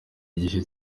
igihe